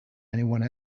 anyone